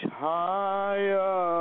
higher